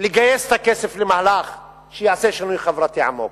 לגייס את הכסף למהלך שיעשה שינוי חברתי עמוק.